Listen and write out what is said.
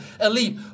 elite